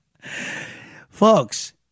Folks